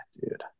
dude